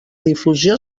difusió